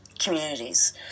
communities